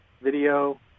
video